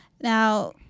Now